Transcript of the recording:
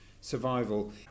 survival